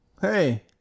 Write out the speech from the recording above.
Hey